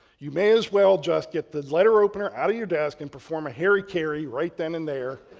you may as well just get the letter opener out of your desk and perform a harry carry right then and there